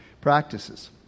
practices